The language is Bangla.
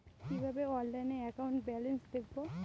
কিভাবে অনলাইনে একাউন্ট ব্যালেন্স দেখবো?